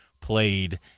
played